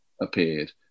appeared